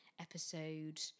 episode